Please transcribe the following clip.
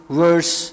verse